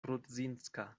rudzinska